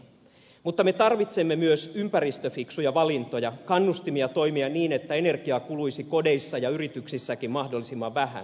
mutta me tarvitsemme myös ympäristöfiksuja valintoja kannustimia toimia niin että energiaa kuluisi kodeissa ja yrityksissäkin mahdollisimman vähän